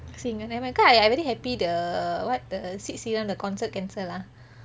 singer never mind because I I very happy the what the sid sriram the concert cancel ah